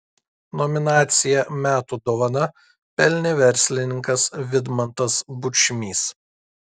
nominaciją metų dovana pelnė verslininkas vidmantas bučmys